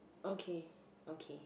okay okay